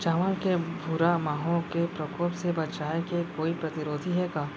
चांवल के भूरा माहो के प्रकोप से बचाये के कोई प्रतिरोधी हे का?